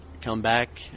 comeback